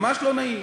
ממש לא נעים.